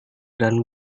dan